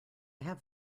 have